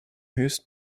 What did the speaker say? höchst